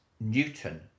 Newton